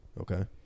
okay